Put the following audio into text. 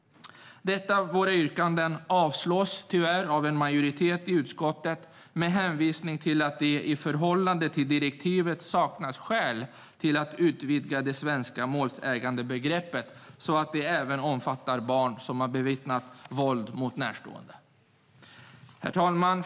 Dessa våra yrkanden avstyrks tyvärr av en majoritet i utskottet med hänvisning till att det i förhållande till direktivet saknas skäl att utvidga det svenska målsägandebegreppet så att det även omfattar barn som har bevittnat våld mot närstående. Herr talman!